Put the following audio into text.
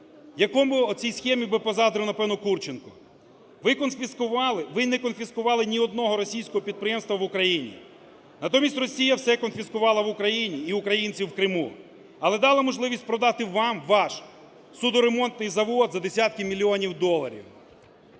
якому… оцій схемі би позаздрив, напевно, Курченко. Ви конфіскували… ви не конфіскували ні одного російського підприємства в Україні. Натомість Росія все конфіскувала в Україні і українців в Криму, але дала можливість продати вам ваш судноремонтний завод за десятки мільйонів доларів.